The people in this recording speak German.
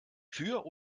für